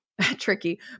tricky